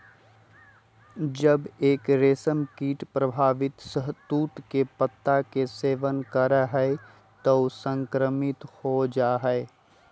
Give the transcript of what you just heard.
जब एक रेशमकीट प्रभावित शहतूत के पत्ता के सेवन करा हई त ऊ संक्रमित हो जा हई